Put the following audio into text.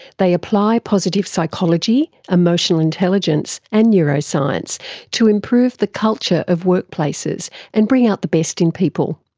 they apply positive psychology, emotional intelligence and neuroscience to improve the culture of workplaces and bring out the best in people.